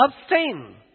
abstain